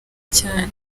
cyane